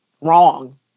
wrong